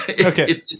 okay